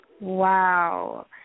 Wow